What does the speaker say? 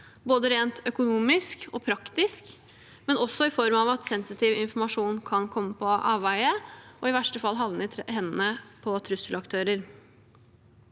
store rent økonomisk og praktisk, men også i form av at sensitiv informasjon kan komme på avveie, og i verste fall havne i hendene til trusselaktører.